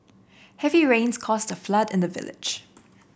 heavy rains caused a flood in the village